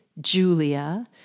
Julia